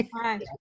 right